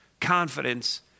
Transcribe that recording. confidence